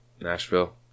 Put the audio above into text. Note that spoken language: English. Nashville